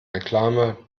reklame